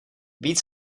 víc